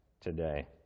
today